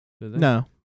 No